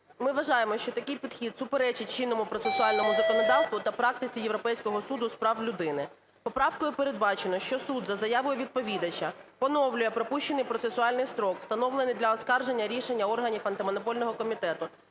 Ми вважаємо, що такий підхід суперечить чинному процесуальному законодавству та практиці Європейського суду з прав людини. Поправкою передбачено, що суд за заявою відповідача поновлює пропущений процесуальний строк, встановлений для оскарження рішення органів Антимонопольного комітету,